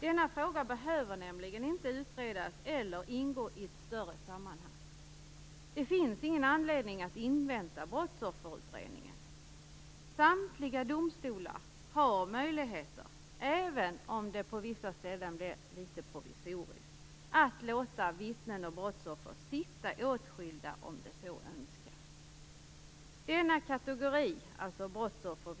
Denna fråga behöver nämligen inte utredas eller ingå i ett större sammanhang. Det finns ingen anledning att invänta Brottsofferutredningens förslag. Samtliga domstolar har möjligheter - även om det på vissa ställen blir litet provisoriskt - att låta vittnen och brottsoffer sitta åtskilda från den åtalade om de så önskar.